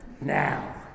Now